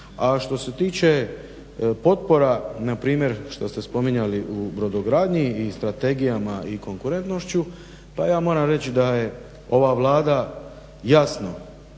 A što se tiče potpora npr. što ste spominjati u brodogradnji i strategijama i konkurentnošću, pa ja moram reći da je ova Vlada jasno